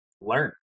learn